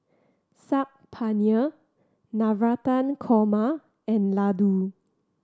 Saag Paneer Navratan Korma and Ladoo